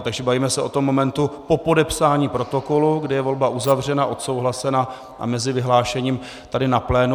Takže bavíme se o tom momentu po podepsání protokolu, kdy je volba uzavřena, odsouhlasena, a vyhlášením tady na plénu.